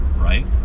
Right